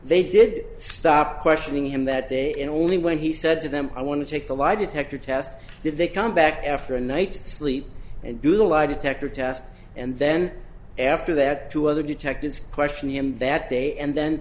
they did stop questioning him that day and only when he said to them i want to take the lie detector test did they come back after a night's sleep and do the lie detector test and then after that two other detectives question him that day and then